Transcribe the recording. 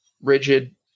rigid